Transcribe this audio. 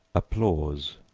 applause,